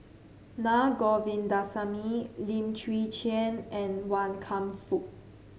Na Govindasamy Lim Chwee Chian and Wan Kam Fook